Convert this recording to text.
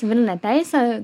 civilinė teisė